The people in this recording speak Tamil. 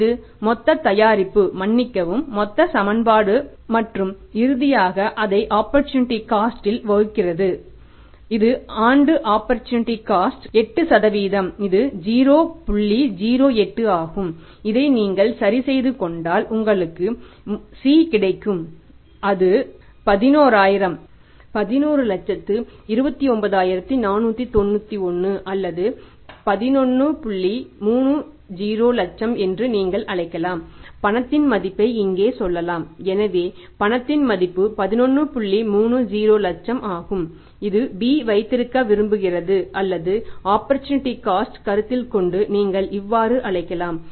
இது மொத்த தயாரிப்பு மன்னிக்கவும் மொத்த சமன்பாடு மற்றும் இறுதியாக அதை ஆப்பர்சூனிட்டி காஸ்ட் கருத்தில் கொண்டு நீங்கள் இவ்வாறு அழைக்கலாம்